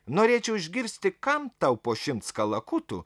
norėčiau išgirsti kam tau po šimts kalakutų